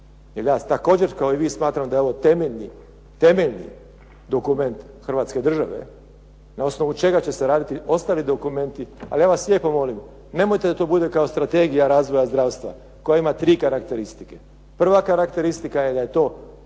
jer ja također kao i vi smatram da je ovo temeljni dokument Hrvatske države na osnovu čega će se raditi ostali dokumenti. Ali ja vas lijepo molim nemojte da to bude kao Strategija razvoja zdravstva koja ima tri karakteristike. Prva karakteristika je da je to